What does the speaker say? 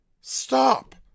Stop